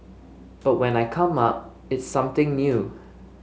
but when I come up it's something new